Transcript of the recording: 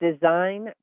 design